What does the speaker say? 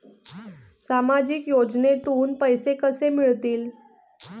सामाजिक योजनेतून पैसे कसे मिळतील?